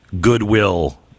goodwill